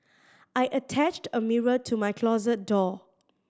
I attached a mirror to my closet door